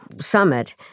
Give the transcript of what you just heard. summit